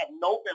November